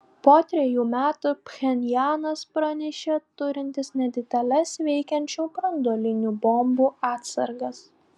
po trejų metų pchenjanas pranešė turintis nedideles veikiančių branduolinių bombų atsargas